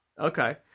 Okay